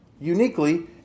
uniquely